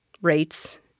Rates